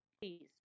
Please